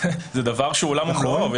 זה דבר שהוא עולם ומלואו,